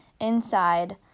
inside